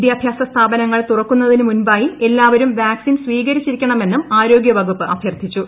വിദ്യാഭ്യാസ സ്ഥാപനങ്ങൾ തുറക്കുന്നതിന് മുമ്പായി എല്ലാവരും വാക്സിൻ സ്വീകരിച്ചിരിക്കണ്ട്രമെന്നും അരോഗ്യവകുപ്പ് അഭ്യർത്ഥിച്ചു